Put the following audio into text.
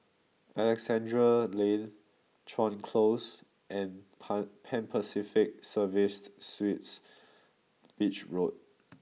Alexandra Lane Chuan Close and Pan Pacific Serviced Suites Beach Road